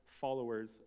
followers